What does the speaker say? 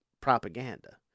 propaganda